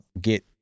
get